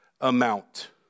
amount